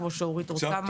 כמו שאורית רוצה,